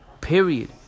period